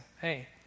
hey